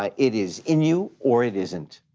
um it is in you or it isn't,